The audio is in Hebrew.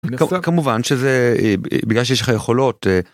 כמובן שזה בגלל שיש לך יכולות.